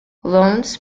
loans